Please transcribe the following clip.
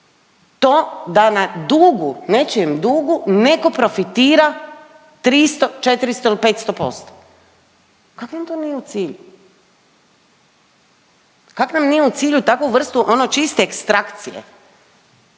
to da na dugu, nečijem dugu neko profitira 300, 400 ili 500%, kak vam to nije u cilju? Kak nam nije u cilju takvu vrstu ono čiste ekstrakcije,